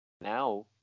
now